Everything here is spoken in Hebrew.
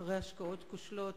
אחרי השקעות כושלות,